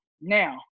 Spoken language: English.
now